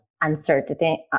uncertainty